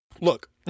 Look